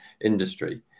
industry